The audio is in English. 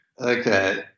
Okay